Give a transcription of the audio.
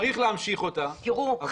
צריך להמשיך אותה תראו,